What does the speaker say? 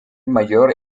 mayor